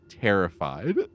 terrified